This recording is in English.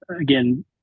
again